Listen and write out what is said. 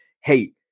hey